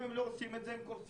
אם הם לא עושים את זה הם קורסים.